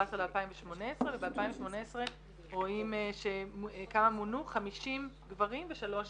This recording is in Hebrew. ל-2018 וב-2018 רואים כמה מונו 50 גברים ו-3 נשים.